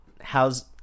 How's